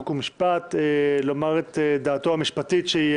חוק ומשפט לומר את דעתו המשפטית שהיא,